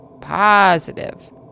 positive